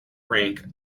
rank